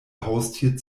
haustier